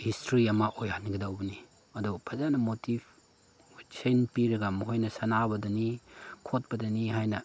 history ꯑꯃ ꯑꯣꯏꯍꯟꯒꯗꯧꯕꯅꯤ ꯑꯗꯨ ꯐꯖꯅ ꯃꯣꯇꯤꯐ ꯃꯣꯇꯤꯚꯦꯁꯟ ꯄꯤꯔꯒ ꯃꯈꯣꯏꯅ ꯁꯥꯟꯅꯕꯗꯅꯤ ꯈꯣꯠꯄꯗꯅꯤ ꯍꯥꯏꯅ